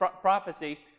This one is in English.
prophecy